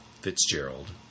Fitzgerald